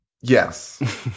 Yes